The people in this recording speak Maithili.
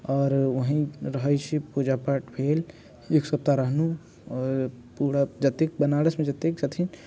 और वही रहय छी पूजा पाठ भेल एक सप्ताह रहलौं और पूरा जतेक बनारस मे जतेक छथिन